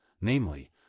namely